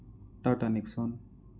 Tata Nexon